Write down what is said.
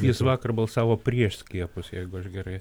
jis vakar balsavo prieš skiepus jeigu aš gerai